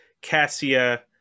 Cassia